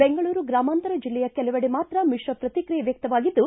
ಬೆಂಗಳೂರು ಗ್ರಾಮಾಂತರ ಜಿಲ್ಲೆಯ ಕೆಲವೆಡೆ ಮಾತ್ರ ಮಿಶ್ರ ಪ್ರತಿಕ್ರಿಯೆ ವ್ಯಕ್ತವಾಗಿದ್ದು